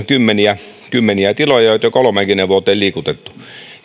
kymmeniä kymmeniä tiloja joita ei ole kolmeenkymmeneen vuoteen liikutettu